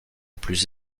plus